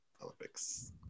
Olympics